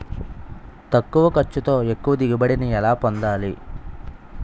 తక్కువ ఖర్చుతో ఎక్కువ దిగుబడి ని ఎలా పొందాలీ?